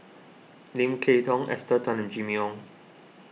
Lim Kay Tong Esther Tan and Jimmy Ong